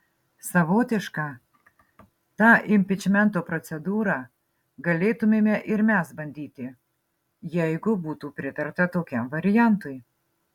savotišką tą impičmento procedūrą galėtumėme ir mes bandyti jeigu būtų pritarta tokiam variantui